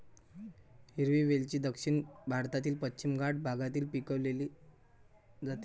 हिरवी वेलची दक्षिण भारतातील पश्चिम घाट भागात पिकवली जाते